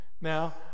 Now